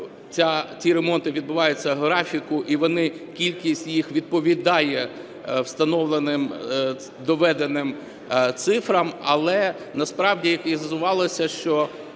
ті ремонти відбуваються в графіку і вони, кількість їх відповідає встановленим, доведеним цифрам. Але насправді з'ясувалося, що